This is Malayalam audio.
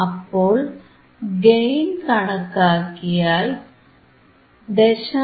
അപ്പോൾ ഗെയിൻ കണക്കാക്കിയാൽ 0